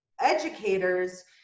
educators